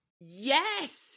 Yes